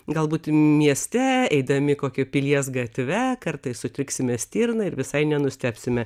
galbūt mieste eidami kokiu pilies gatve kartais sutiksime stirną ir visai nenustebsime